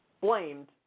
blamed